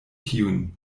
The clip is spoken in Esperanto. tiun